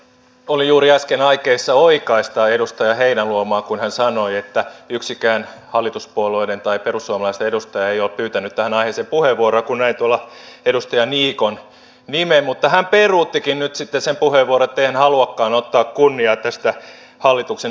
olin juuri äsken aikeissa oikaista edustaja heinäluomaa kun hän sanoi että yksikään hallituspuolueiden tai perussuomalaisten edustaja ei ole pyytänyt tähän aiheeseen puheenvuoroa kun näin tuolla edustaja niikon nimen mutta hän peruuttikin nyt sitten sen puheenvuoron ei hän haluakaan ottaa kunniaa tästä hallituksen esityksestä